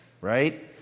right